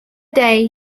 day